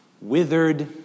withered